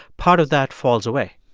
part of that falls away